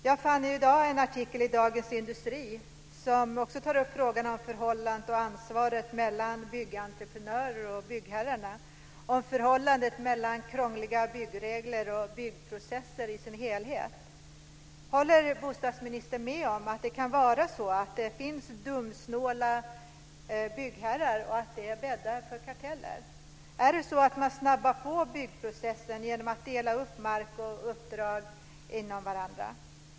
Jag fann i dag en artikel i Dagens Industri där man tar upp frågan om förhållandet och ansvaret mellan byggentreprenörer och byggherrar, om förhållandet mellan krångliga byggregler och byggprocesser i sin helhet. Håller bostadsministern med om att det kan finnas dumsnåla byggherrar och att det bäddar för karteller? Snabbar man på byggprocessen genom att dela upp mark och uppdrag mellan varandra?